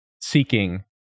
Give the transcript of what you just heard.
seeking